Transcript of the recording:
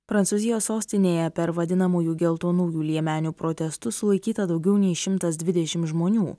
prancūzijos sostinėje per vadinamųjų geltonųjų liemenių protestus sulaikyta daugiau nei šimtas dvidešim žmonių